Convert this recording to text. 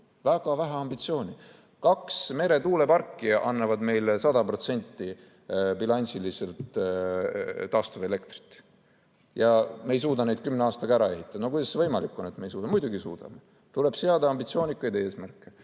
Väga vähe ambitsiooni! Kaks meretuuleparki annavad meile bilansiliselt 100% taastuvelektrit. Ja me ei suuda neid kümne aastaga ära ehitada. No kuidas see võimalik on, et me ei suuda? Muidugi suudame. Tuleb seada ambitsioonikaid eesmärke.